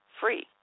free